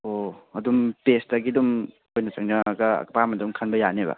ꯑꯣ ꯑꯗꯨꯝ ꯄꯦꯁꯇꯒꯤ ꯑꯗꯨꯝ ꯑꯩꯈꯣꯏꯅ ꯆꯪꯉꯛꯑꯒ ꯑꯄꯥꯝꯕ ꯑꯗꯨꯝ ꯈꯟꯕ ꯌꯥꯅꯦꯕ